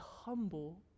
humble